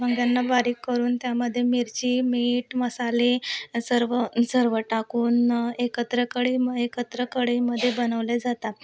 वांग्यांना बारीक करून त्यामध्ये मिरची मीठ मसाले अ सर्व सर्व टाकून एकत्र कडे म एकत्र कडईमध्ये बनवले जातात